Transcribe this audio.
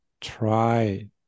try